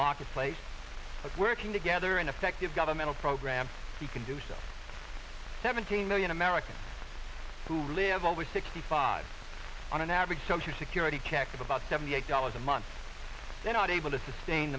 marketplace so working together and effective governmental program he can do stuff seventeen million americans who live over sixty five on an average social security checks of about seventy eight dollars a month say not able to sustain